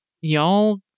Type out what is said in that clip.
y'all